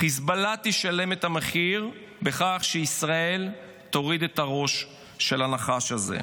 חיזבאללה שילם את המחיר בכך שישראל תוריד את הראש של הנחש הזה.